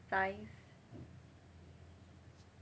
ZAI